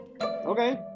okay